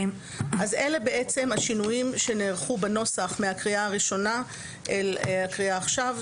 אז אלה השינויים שנערכו בנוסח מהקריאה הראשונה אל הקריאה עכשיו.